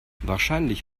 wahrscheinlich